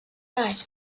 five